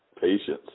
patience